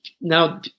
now